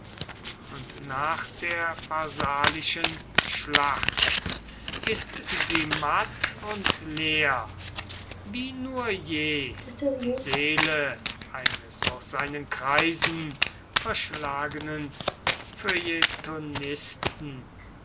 und nach der pharsalischen schlacht ist sie matt und leer wie nur je die seele eines aus seinen kreisen verschlagenen